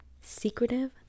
secretive